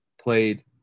played